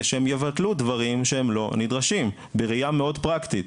כדי שהם יבטלו דברים שהם לא נדרשים בראייה מאוד פרקטית.